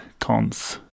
cons